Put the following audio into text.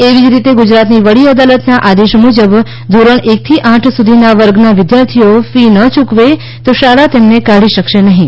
એવી જ રીતે ગુજરાતની વડી અદાલતના આદેશ મુજબ ધોરણ એકથી આઠ સુધીના વર્ગના વિદ્યાર્થીઓ ફી ન યૂકવે તો શાળા તેમને કાઢી શકશે નહીં